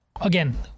again